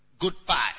goodbye